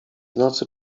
nocy